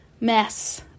mess